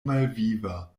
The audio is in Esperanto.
malviva